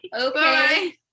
Okay